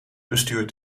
bestuurt